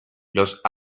los